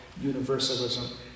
universalism